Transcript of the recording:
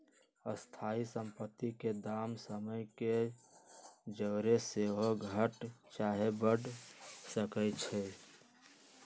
स्थाइ सम्पति के दाम समय के जौरे सेहो घट चाहे बढ़ सकइ छइ